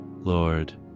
Lord